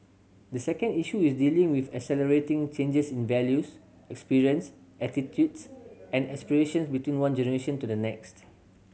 the second issue is dealing with accelerating changes in values experience attitudes and aspirations between one generation to the next